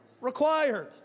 required